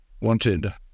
wanted